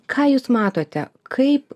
ką jūs matote kaip